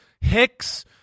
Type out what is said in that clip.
Hicks